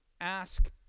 ask